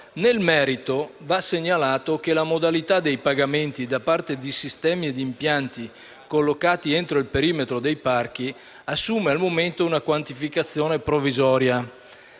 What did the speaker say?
Nel merito, va segnalato che la modalità dei pagamenti da parte di sistemi e impianti collocati entro il perimetro dei parchi assume al momento una quantificazione provvisoria.